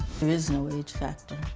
there is no age factor.